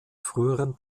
früheren